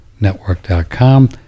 network.com